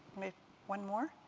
one more.